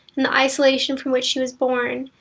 and the isolation from which she was born,